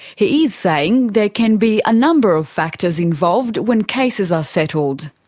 he is saying there can be a number of factors involved when cases are settled.